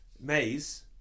Maze